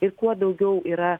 ir kuo daugiau yra